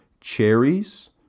cherries